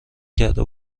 کرده